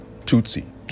Tutsi